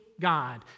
God